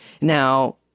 Now